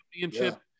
championship